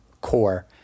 core